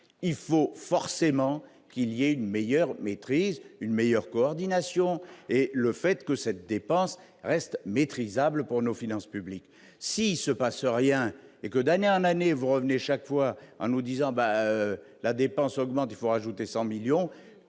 il faut forcément qu'il y a une meilleure maîtrise, une meilleure coordination et le fait que cette dépense restent maîtrisables pour nos finances publiques, s'il se passe rien et que, d'année en année vous revenez chaque fois en nous disant, ben la dépense augmente, il faut ajouter 100 millions à